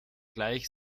gleich